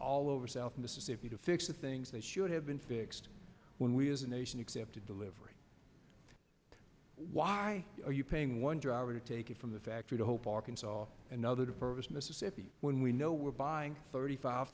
all over south mississippi to fix the things they should have been fixed when we as a nation accepted delivery why are you paying one driver to take it from the factory to hope arkansas or another to purchase mississippi when we know we're buying thirty five